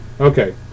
Okay